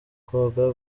koga